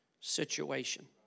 situation